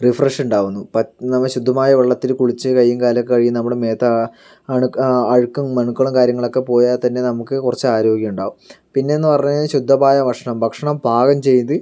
refresh ഉണ്ടാകുന്നു പറ്റുന്ന ശുദ്ധമായ വെള്ളത്തിൽ കുളിച്ച് കൈയും കാലുമൊക്കെ കഴുകി നമ്മുടെ മേത്തെ ആ അണു അഴുക്കും അണുക്കളും കാര്യങ്ങളും ഒക്കെ പോയാൽ തന്നെ നമുക്ക് കുറച്ച് ആരോഗ്യം ഉണ്ടാകും പിന്നെ എന്ന് പറഞ്ഞു കഴിഞ്ഞാൽ ശുദ്ധമായ ഭക്ഷണം ഭക്ഷണം പാകം ചെയ്ത്